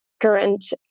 current